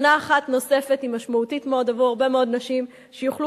שנה אחת נוספת היא משמעותית עבור הרבה מאוד נשים שיוכלו